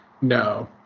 No